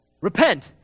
repent